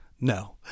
No